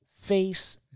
face